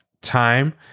time